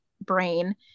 brain